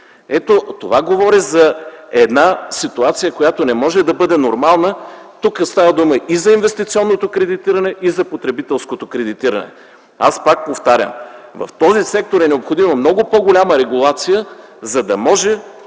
Ето това говори за една ситуация, която не може да бъде нормална. Тук става дума и за инвестиционното кредитиране, и за потребителското кредитиране. Аз пак повтарям – в този сектор е необходима много по-голяма регулация, за да може